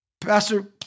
Pastor